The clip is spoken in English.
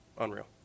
Unreal